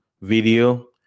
video